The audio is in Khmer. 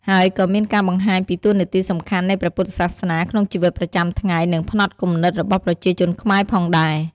ហើយក៏មានការបង្ហាញពីតួនាទីសំខាន់នៃព្រះពុទ្ធសាសនាក្នុងជីវិតប្រចាំថ្ងៃ និងផ្នត់គំនិតរបស់ប្រជាជនខ្មែរផងដែរ ។